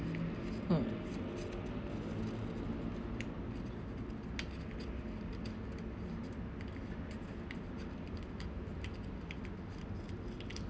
mm